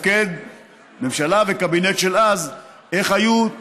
מממשלה וקבינט של אז לתפקד,